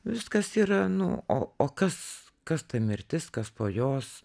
viskas yra nu o o kas kas ta mirtis kas po jos